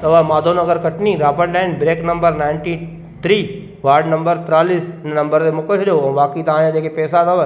सवा माधव नगर कटनी द्वापर line break number ninety three ward number तेतालीस आहिनि नंबर ते मोकिले छॾो बाक़ी तव्हां जा जेके पेसा अथव